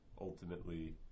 ultimately